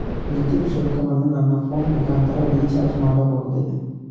ವಿದ್ಯುತ್ ಶುಲ್ಕವನ್ನು ನನ್ನ ಫೋನ್ ಮುಖಾಂತರ ರಿಚಾರ್ಜ್ ಮಾಡಬಹುದೇ?